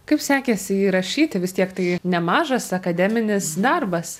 kaip sekėsi jį rašyti vis tiek tai nemažas akademinis darbas